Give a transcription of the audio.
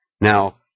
Now